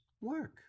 work